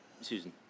Susan